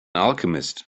alchemist